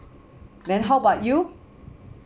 then how about you